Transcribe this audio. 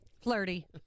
Flirty